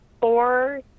four